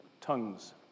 tongues